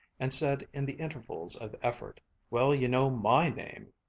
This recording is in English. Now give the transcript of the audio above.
and said in the intervals of effort well, you know my name.